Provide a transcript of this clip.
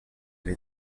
elle